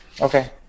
Okay